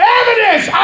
evidence